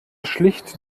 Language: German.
schlicht